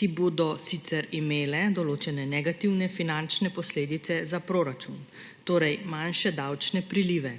ki bodo sicer imela določene negativne finančne posledice za proračun, torej manjše davčne prilive,